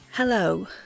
Hello